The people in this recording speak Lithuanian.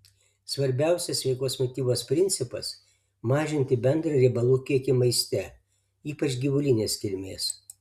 svarbiausias sveikos mitybos principas mažinti bendrą riebalų kiekį maiste ypač gyvulinės kilmės